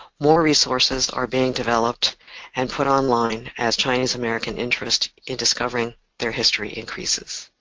more resources are being developed and put online as chinese-american interest in discovering their history increases.